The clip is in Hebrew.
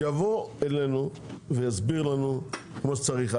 שיבוא אלינו ויסביר לנו כמו שצריך.